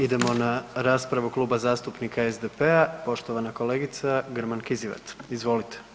Idemo na raspravu Kluba zastupnika SDP-a i poštovana kolegica Grman Kizivat, izvolite.